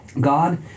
God